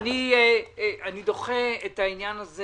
אני דוחה את העניין הזה